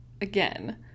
again